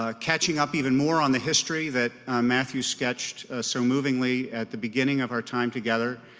ah catching up even more on the history that matthew sketched so movingly at the beginning of our time together.